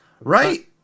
right